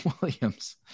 Williams